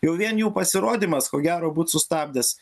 jau vien jų pasirodymas ko gero būtų sustabdęs